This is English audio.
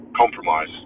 compromise